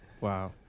Wow